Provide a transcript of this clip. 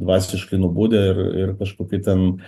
dvasiškai nubudę ir ir kažkoki ten